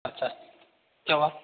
अच्छा क्या हुआ